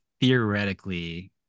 theoretically